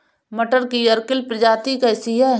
मटर की अर्किल प्रजाति कैसी है?